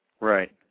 Right